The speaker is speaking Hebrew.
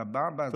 סבבה,